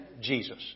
Jesus